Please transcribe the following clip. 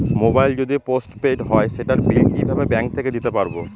Mobile যদি postpaid হয় সেটার বিল কিভাবে ব্যাংক থেকে দিতে পারব?